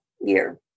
year